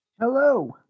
Hello